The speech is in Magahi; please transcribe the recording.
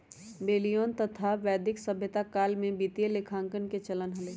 बेबीलोनियन तथा वैदिक सभ्यता काल में वित्तीय लेखांकन के चलन हलय